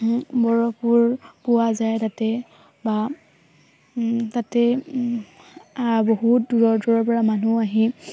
বৰফবোৰ পোৱা যায় তাতে বা তাতে বহুত দূৰৰ দূৰৰ পৰা মানুহ আহি